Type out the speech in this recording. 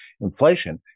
inflation